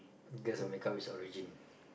guess or make up it's origin